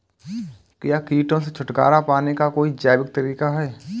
क्या कीटों से छुटकारा पाने का कोई जैविक तरीका है?